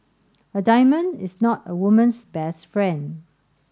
a diamond is not a woman's best friend